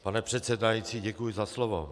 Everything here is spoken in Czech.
Pane předsedající, děkuji za slovo.